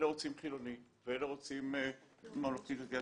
אלה רוצים חילוני ואלה רוצים ממלכתי-דתי עד